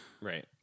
Right